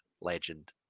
legend